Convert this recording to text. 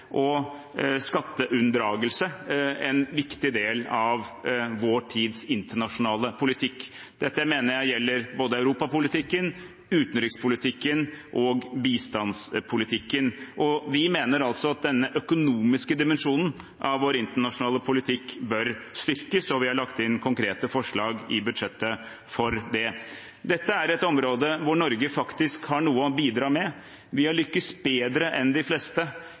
og skatteunndragelse, en viktig del av vår tids internasjonale politikk. Dette mener jeg gjelder både Europa-politikken, utenrikspolitikken og bistandspolitikken. Vi mener at den økonomiske dimensjonen av vår internasjonale politikk bør styrkes, og vi har lagt inn konkrete forslag i budsjettet for det. Dette er et område hvor Norge faktisk har noe å bidra med. Vi har lykkes bedre enn de fleste